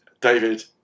David